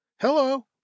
hello